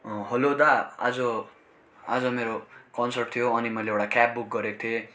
hello दा आज आज मेरो कन्सर्ट थियो अनि मैले एउटा क्याब बुक गरेको थिएँ